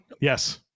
yes